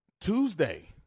Tuesday